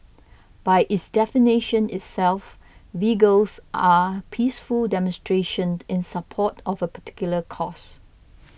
by its definition itself vigils are peaceful demonstration end in support of a particular cause